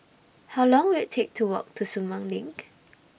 How Long Will IT Take to Walk to Sumang LINK